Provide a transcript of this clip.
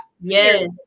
Yes